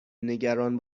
نگران